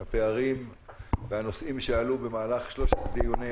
הפערים והנושאים שעלו במהלך שלושת דיוני